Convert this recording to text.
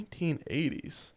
1980s